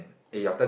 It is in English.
okay